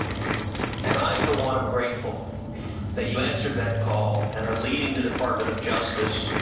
and i for one am grateful that you answered that call and are leading the department of justice